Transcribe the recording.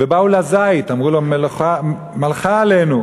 ובאו לזית, אמרו לו: מלכה עלינו.